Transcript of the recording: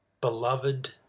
beloved